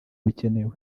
bikenewe